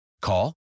Call